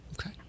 Okay